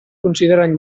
consideren